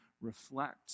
reflect